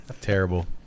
Terrible